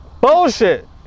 Bullshit